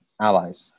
allies